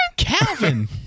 Calvin